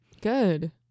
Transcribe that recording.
Good